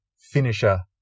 finisher